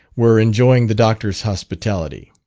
were enjoying the doctor's hospitality.